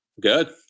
Good